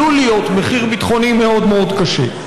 עלול להיות מחיר ביטחוני מאוד מאוד קשה.